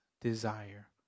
desire